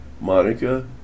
Monica